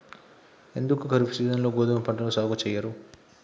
ఎందుకు ఖరీఫ్ సీజన్లో గోధుమ పంటను సాగు చెయ్యరు?